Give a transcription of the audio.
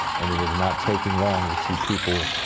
and it is not taking long to see people,